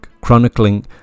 chronicling